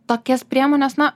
tokias priemones na